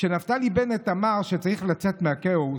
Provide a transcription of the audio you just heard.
כשנפתלי בנט אמר שצריך לצאת מהכאוס,